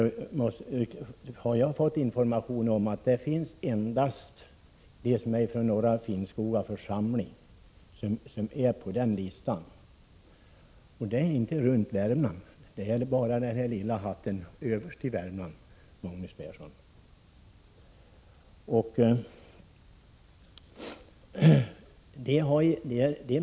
Jag har fått information om att bara personer från Norra Finnskoga församling har skrivit på listan. Det är inte ”runt Värmland”, utan det är bara den lilla biten längst norrut i Värmland, Magnus Persson.